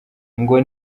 ngo